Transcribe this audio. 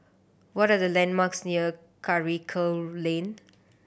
what are the landmarks near Karikal Lane